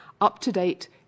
up-to-date